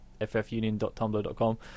ffunion.tumblr.com